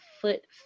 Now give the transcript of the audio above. foot